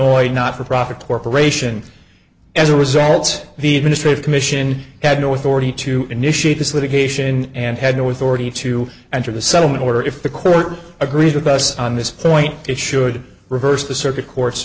illinois not for profit corporation as a result the administrative commission had no authority to initiate this litigation and had no authority to enter the settlement or if the court agrees with us on this point it should reverse the circuit court